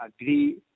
agree